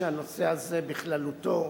שהנושא הזה בכללותו,